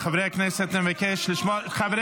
חיים שכאלה, חיים